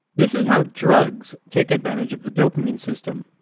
this is how drugs take advantage of the dopamine system.